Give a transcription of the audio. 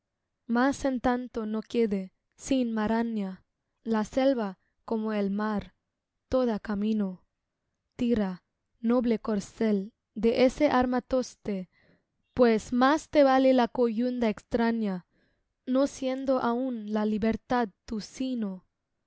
mas en tanto no quede sin maraña la selva como el mar toda camino tira noble corcel de ese armatoste pues más te vale la coyunda extraña no siendo aún la libertad tu sino